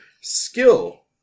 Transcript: Skill